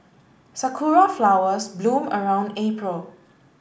sakura flowers bloom around April